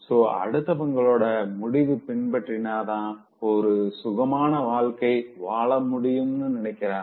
so அடுத்தவங்களோட முடிவ பின்பற்றினாதா ஒரு சுகமான வாழ்க்கை வாழமுடியும்னு நினைக்கிறாங்க